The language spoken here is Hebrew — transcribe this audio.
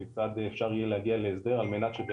כיצד אפשר יהיה להגיע להסדר על מנת לפתור